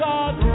God